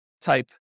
type